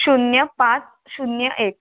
शून्य पाच शून्य एक